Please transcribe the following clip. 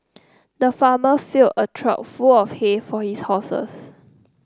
the farmer filled a trough full of hay for his horses